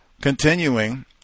continuing